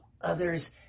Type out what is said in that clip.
others